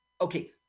Okay